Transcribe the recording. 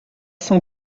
cent